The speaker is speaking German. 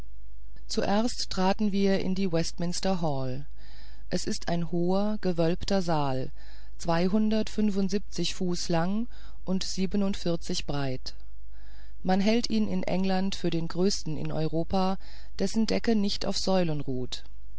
zuerst traten wir in die westminster halle es ist ein hoher gewölbter saal zweihundertfünfundsiebzig fuß land und vierundsiebzig breit man hält ihn in england für den größten in europa dessen decke nicht auf säulen ruht